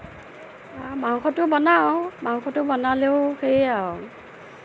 মাংসটো বনাওঁ মাংসটো বনালেও সেই আৰু